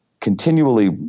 continually